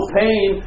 pain